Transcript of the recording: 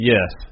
Yes